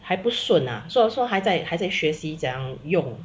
还不顺啊所所还在学习怎样用